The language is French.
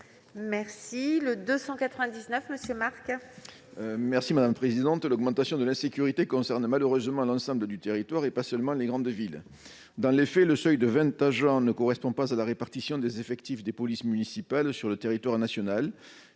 parole est à M. Alain Marc. L'augmentation de l'insécurité concerne malheureusement l'ensemble du territoire, et pas seulement les grandes villes. Dans les faits, le seuil de vingt agents ne correspond pas à la répartition des effectifs des polices municipales sur le territoire national,